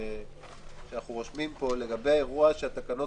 כשאנחנו רושמים פה "לגבי אירוע שהתקנות